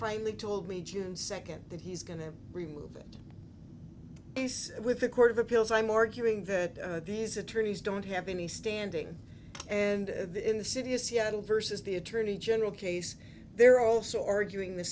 finally told me june second that he's going to remove this with a court of appeals i'm arguing that these attorneys don't have any standing and in the city of seattle versus the attorney general case they're also arguing the